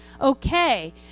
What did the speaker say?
okay